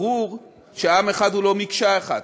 ברור שעם אחד הוא לא מקשה אחת,